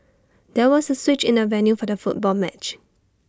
there was A switch in the venue for the football match